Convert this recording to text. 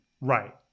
Right